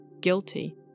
guilty